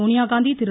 Sonia Gandhi Thiru